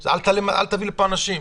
בכלל אל תביא לפה אנשים,